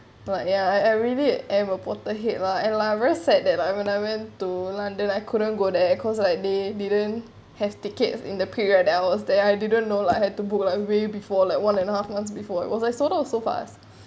but yeah I I really it and a reporter ahead lah and I really sad that when I went to london I couldn't go there cause like they didn't have tickets in the period of hours that I didn't know I had to book like way before like one and a half months before it was like sold out so fast